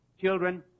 children